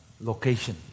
location